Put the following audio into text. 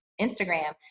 Instagram